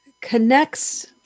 connects